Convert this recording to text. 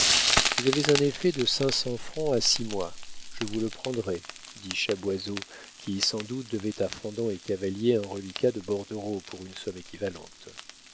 vous avez un effet de cinq cents francs à six mois je vous le prendrai dit chaboisseau qui sans doute devait à fendant et cavalier un reliquat de bordereau pour une somme équivalente